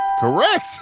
Correct